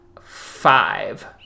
five